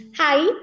Hi